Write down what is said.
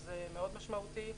וזה מאוד משמעותי.